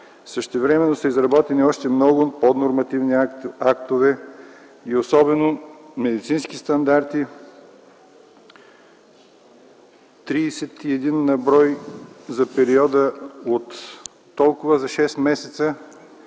Същевременно са изработени още много поднормативни актове и особено медицински стандарти – 31 на брой, за 6 месеца